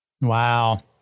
Wow